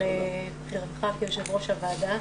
על בחירתך כיושב ראש הוועדה.